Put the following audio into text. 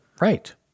right